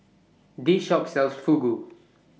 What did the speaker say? This Shop sells Fugu